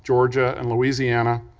georgia, and louisiana,